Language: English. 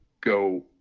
go